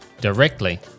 directly